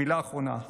מילה אחרונה.